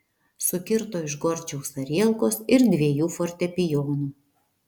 sukirto iš gorčiaus arielkos ir dviejų fortepijonų